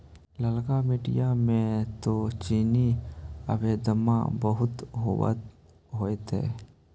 ललका मिट्टी मे तो चिनिआबेदमां बहुते होब होतय?